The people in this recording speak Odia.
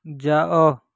ଯାଅ